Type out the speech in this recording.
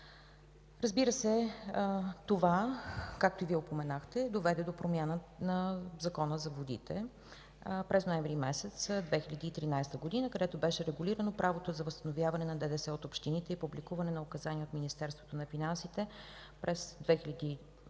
Разбира се, това, както и Вие упоменахте, доведе до промяна на Закона за водите през ноември месец 2013 г., където беше регулирано правото за възстановяване на ДДС от общините, и публикуване на указания от Министерството на финансите през януари